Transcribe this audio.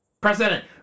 President